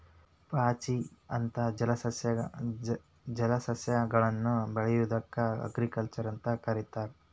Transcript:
ಪಾಚಿ ಅಂತ ಜಲಸಸ್ಯಗಳನ್ನ ಬೆಳಿಯೋದಕ್ಕ ಆಲ್ಗಾಕಲ್ಚರ್ ಅಂತ ಕರೇತಾರ